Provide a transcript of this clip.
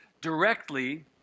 directly